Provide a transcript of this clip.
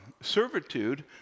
servitude